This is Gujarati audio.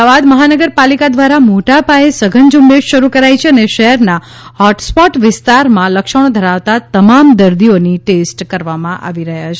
અમદાવાદ મહાનગર પાલિકા દ્વારા મોટા પાયે સઘન ઝ઼ંબેશ શરૃ કરાઇ છે અને શહેરના હોટ સ્પોટ વિસ્તારમાં લક્ષણો ધરાવતા તમામ દર્દીઓની ટેસ્ટ કરવામાં આવી રહ્યાં છે